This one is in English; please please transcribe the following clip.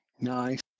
Nice